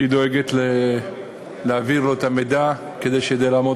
היא דואגת להעביר לו את המידע כדי שידע לעמוד